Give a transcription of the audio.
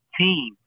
team